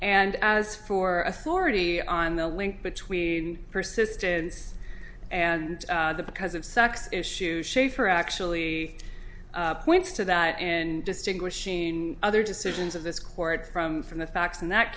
and as for authority on the link between persistence and because of sex issues shaffer actually points to that and distinguishing other decisions of this court from from the facts in that